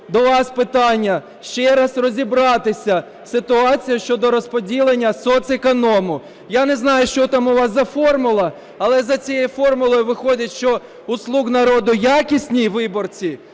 до вас питання. Ще раз розібратися з ситуацією щодо розподілення соцеконому. Я не знаю, що там у вас за формула, але за цією формулою виходить, що у "слуг народу" якісні виборці